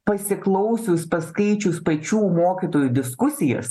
pasiklausius paskaičius pačių mokytojų diskusijas